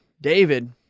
David